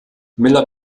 miller